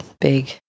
big